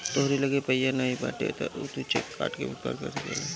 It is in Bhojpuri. तोहरी लगे पइया नाइ बाटे तअ तू चेक काट के भुगतान कर सकेला